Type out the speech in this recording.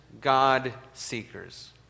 God-seekers